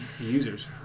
users